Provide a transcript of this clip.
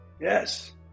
Yes